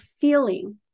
feeling